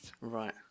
Right